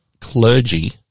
clergy